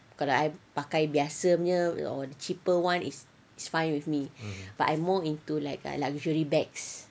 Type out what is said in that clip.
kalau I pakai biasa punya or cheaper [one] is is fine with me but I more into like luxury bags